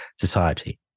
society